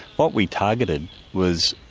what we targeted was.